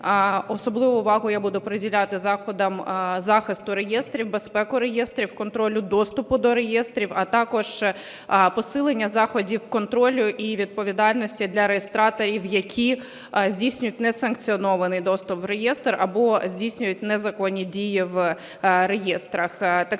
особливу увагу я буду приділяти заходам захисту реєстрів, безпеку реєстрів, контролю доступу до реєстрів, а також посилення заходів контролю і відповідальності для реєстраторів, які здійснюють несанкціонований доступ в реєстр або здійснюють незаконні дії в реєстрах.